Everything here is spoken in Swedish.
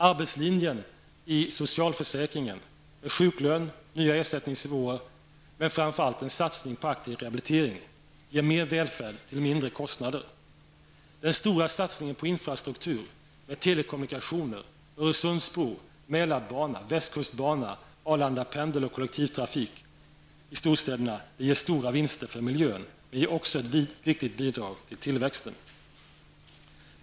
Arbetslinjen i socialförsäkringen med sjuklön, nya ersättningsnivåer och framför allt en satsning på aktiv rehabilitering ger mer välfärd till mindre kostnader. -- Den stora satsningen på infrastruktur med telekommunikationer, Öresundsbro, Mälarbana, Västkustbana, Arlandapendel och kollektivtrafik i storstäderna ger stora vinster för miljön men ger också ett viktigt bidrag till tillväxten.